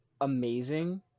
amazing